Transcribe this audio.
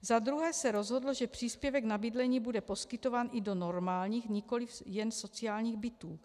Za druhé se rozhodlo, že příspěvek na bydlení bude poskytován i do normálních, nikoli jen sociálních bytů.